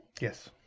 Yes